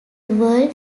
world